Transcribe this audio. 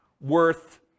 worth